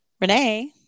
Renee